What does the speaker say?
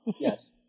Yes